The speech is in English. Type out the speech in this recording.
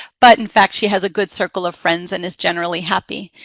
but, in fact, she has a good circle of friends and is generally happy.